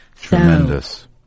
Tremendous